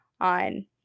on